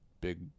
big